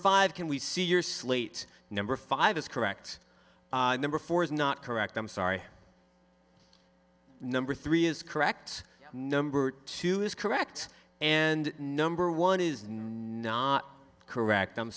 five can we see your slate number five is correct number four is not correct i'm sorry number three is correct number two is correct and number one is and not correct i'm